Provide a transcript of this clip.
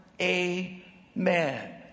Amen